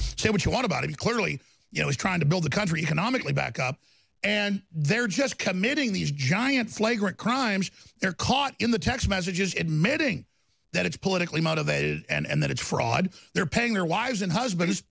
what you want about him clearly you know he's trying to build the country canonically back up and they're just committing these giant flagrant crimes they're caught in the text messages admitting that it's politically motivated and that it's fraud they're paying their wives and husbands